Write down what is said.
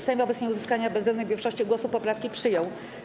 Sejm wobec nieuzyskania bezwzględnej większości głosów poprawki przyjął.